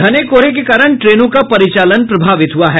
घने कोहरे के कारण ट्रेनों का परिचालन प्रभावित हुआ है